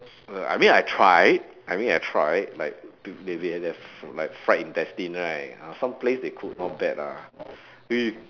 I mean I tried I mean I tried like the they have the like fried intestine right ah some place they cook not bad lah